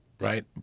Right